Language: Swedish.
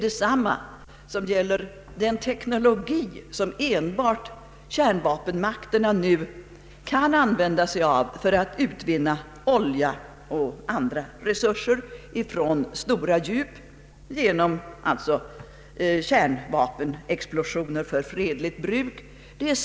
Detsamma gäller den teknologi som enbart kärnvapenmakterna kan begagna sig av för att utvinna olja och andra naturtillgångar från stora djup genom kärnvapenexplosioner för fredligt bruk.